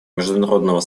международного